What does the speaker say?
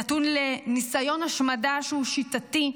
נתון לניסיון השמדה שהוא שיטתי,